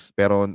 pero